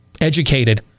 educated